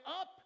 up